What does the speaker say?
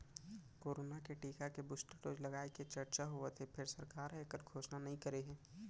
corona के टीका के बूस्टर डोज लगाए के चरचा होवत हे फेर सरकार ह एखर घोसना नइ करे हे